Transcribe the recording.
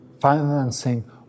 financing